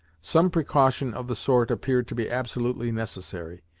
some precaution of the sort appeared to be absolutely necessary,